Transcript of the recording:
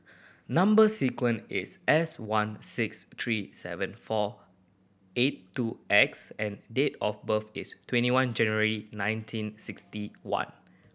number sequence is S one six three seven four eight two X and date of birth is twenty one January nineteen sixty one